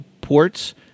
ports